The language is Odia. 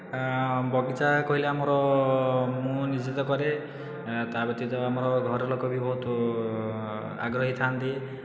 ଆଁ ବଗିଚା କହିଲେ ଆମର ମୁଁ ନିଜେ ତ କରେ ତା' ବ୍ୟତୀତ ଆମର ଘରଲୋକ ବି ବହୁତ ଆଗ୍ରହୀ ଥାଆନ୍ତି